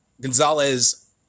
Gonzalez